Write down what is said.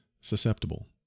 susceptible